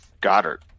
Goddard